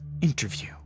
interview